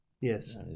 Yes